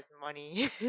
Money